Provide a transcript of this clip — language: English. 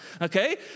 Okay